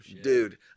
Dude